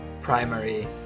primary